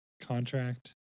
contract